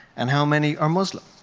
and how many are muslim.